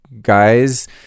guys